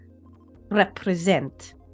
represent